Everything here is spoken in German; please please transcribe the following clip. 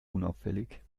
unauffällig